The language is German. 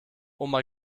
oma